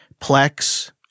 Plex